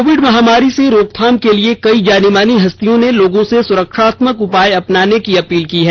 Covid महामारी से रोकथाम के लिए कई जानीमानी हस्तियों ने लोगों से सुरक्षात्मक उपाय अपनाने की अपील की है